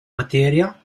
materia